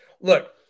Look